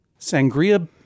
sangria